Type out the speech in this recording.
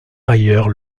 ailleurs